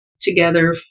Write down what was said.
together